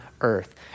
earth